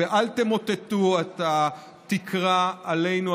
ואל תמוטטו את התקרה עלינו,